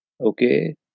Okay